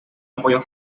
apoyo